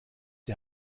die